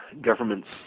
government's